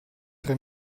tre